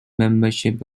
membership